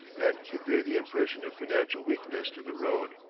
and convey the impression of financial weakness to the road.